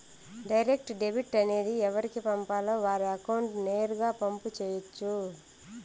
direct debit అనేది ఎవరికి పంపాలో వారి అకౌంట్ నేరుగా పంపు చేయొచ్చు